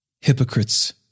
Hypocrites